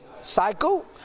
cycle